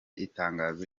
itangazo